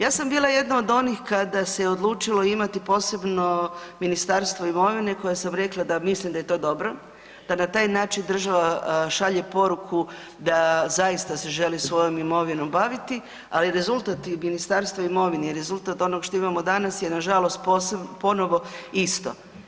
Ja sam bila jedna od onih kada se odlučilo imati posebno ministarstvo imovine koje sam rekla da mislim da je to dobro, da na taj način država šalje poruku da zaista se želi svojom imovinom baviti, ali rezultat tih ministarstva imovine i rezultat onog što imamo danas je nažalost ponovo isto.